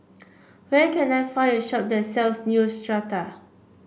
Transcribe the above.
where can I find a shop that sells Neostrata